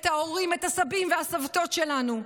את ההורים ואת הסבים והסבתות שלנו,